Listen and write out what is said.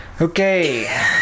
Okay